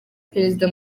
perezida